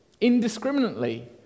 indiscriminately